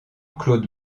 claude